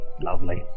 Lovely